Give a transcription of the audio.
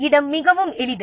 இடம் மிகவும் எளிது